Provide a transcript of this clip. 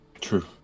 True